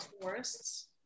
forests